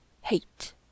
hate